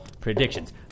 predictions